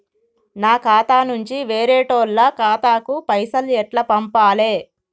నా ఖాతా నుంచి వేరేటోళ్ల ఖాతాకు పైసలు ఎట్ల పంపాలే?